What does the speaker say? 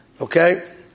Okay